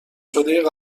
شده